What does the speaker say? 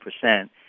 percent